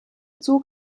zug